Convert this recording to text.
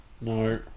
No